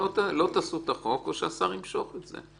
לא תעשו את החוק או השר ימשוך את זה.